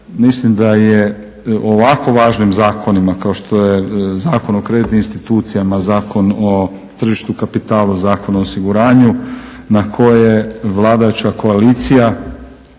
Mislim da je o ovako važnim zakonima kao što je Zakon o kreditnim institucijama, Zakon o tržištu kapitala, Zakon o osiguranju na koje vladajuća koalicija